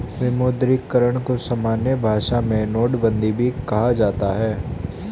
विमुद्रीकरण को सामान्य भाषा में नोटबन्दी भी कहा जाता है